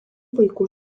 vaikų